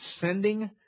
sending